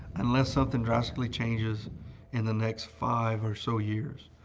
unless something drastically changes in the next five or so years,